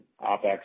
OpEx